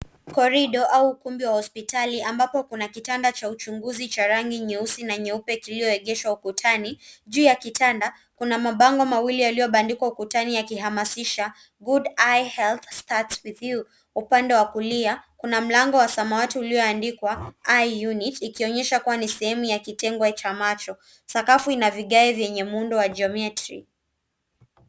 Korido au kumbi wa hospitali ambapo kuna kitanda cha uchunguzi, cha rangi, nyeusi na nyeupe kilio egeshwa ukutani. Juu ya kitanda, kuna mabango mawili yalio bandikwa ukutani yakihamasisha, Good eye health starts with you . Upande wa kulia, kuna mlango wa samawati ulio andikwa. Eye unit , ikionyesha kuwa ni sehemu ya kitengo cha macho. Sakafu ina vigae vyenye muundo wa jiometri.